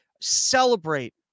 celebrate